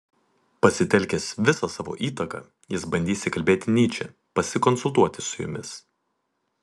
pasitelkęs visą savo įtaką jis bandys įkalbėti nyčę pasikonsultuoti su jumis